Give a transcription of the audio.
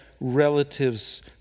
relatives